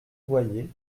boyer